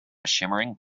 shimmering